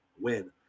win